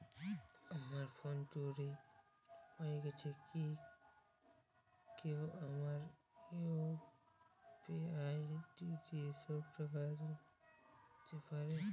আমার ফোন চুরি হয়ে গেলে কি কেউ আমার ইউ.পি.আই দিয়ে সব টাকা তুলে নিতে পারবে?